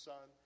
Son